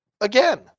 again